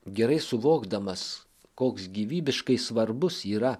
gerai suvokdamas koks gyvybiškai svarbus yra